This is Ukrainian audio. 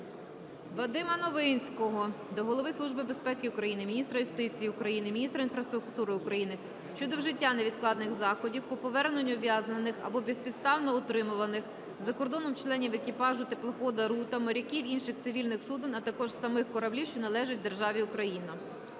Вадима Новинського до Голови Служби безпеки України, міністра юстиції України, міністра інфраструктури України щодо вжиття невідкладних заходів по поверненню ув'язнених або безпідставно утримуваних за кордоном членів екіпажу теплохода "Рута", моряків інших цивільних суден, а також самих кораблів, що належать державі Україна.